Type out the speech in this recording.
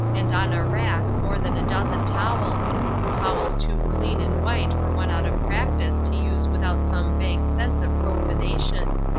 and on a rack more than a dozen towels towels too clean and white for one out of practice to use without some vague sense of profanation.